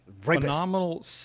phenomenal